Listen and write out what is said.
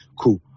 cool